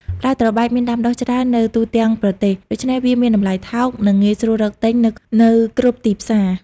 ផ្លែត្របែកមានដាំដុះច្រើននៅទូទាំងប្រទេស ដូច្នេះវាមានតម្លៃថោក និងងាយស្រួលរកទិញនៅគ្រប់ទីផ្សារ។